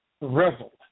revel